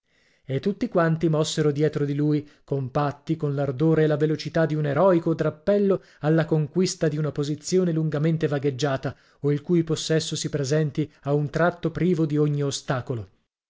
e tutti quanti mossero dietro di lui compatti con l'ardore e la velocità di un eroico drappello alla conquista di una posizione lungamente vagheggiata o il cui possesso si presenti a un tratto privo dì ogni ostacolo